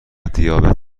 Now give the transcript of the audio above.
دیابت